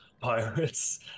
pirates